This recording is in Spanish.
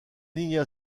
niña